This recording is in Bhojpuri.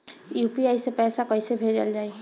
यू.पी.आई से पैसा कइसे भेजल जाई?